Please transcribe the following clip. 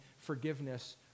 forgiveness